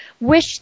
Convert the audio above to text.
wish